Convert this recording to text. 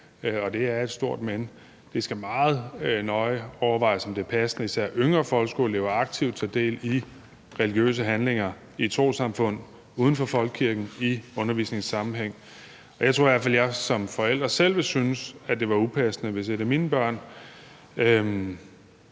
og det er et stort men, det skal meget nøje overvejes, om det er passende, at især yngre folkeskoleelever aktivt tager del i religiøse handlinger i trossamfund uden for folkekirken i undervisningssammenhæng. Jeg tror i hvert fald, at jeg som forælder selv ville synes, at det var upassende, hvis et af mine børn